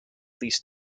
least